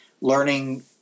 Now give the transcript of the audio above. learning